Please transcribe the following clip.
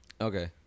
Okay